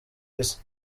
isi